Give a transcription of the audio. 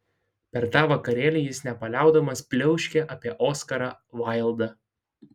per tą vakarėlį jis nepaliaudamas pliauškė apie oskarą vaildą